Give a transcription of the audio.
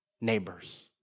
neighbors